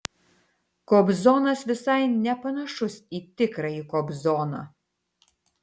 kobzonas visai nepanašus į tikrąjį kobzoną